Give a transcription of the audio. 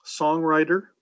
songwriter